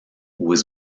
was